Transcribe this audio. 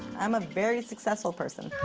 i'm a very successful person.